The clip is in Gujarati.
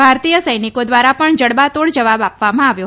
ભારતીય સૈનિકો દ્વારા પણ જડબાતોડ જવાબ આપવામાં આવ્યો